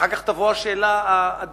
אחר כך תבוא השאלה העדינה: